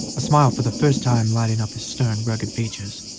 a smile for the first time lighting up his stern, rugged features,